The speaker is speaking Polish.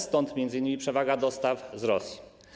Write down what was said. Stąd m.in. przewaga dostaw z Rosji.